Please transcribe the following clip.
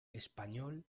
español